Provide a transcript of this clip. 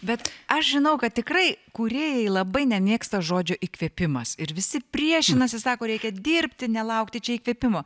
bet aš žinau kad tikrai kūrėjai labai nemėgsta žodžio įkvėpimas ir visi priešinasi sako reikia dirbti nelaukti čia įkvėpimo